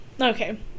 Okay